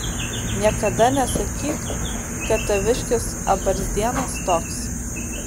niekada nesakyk kad taviškis abarzdienas toks